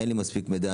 אין לי מספיק מידע,